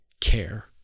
care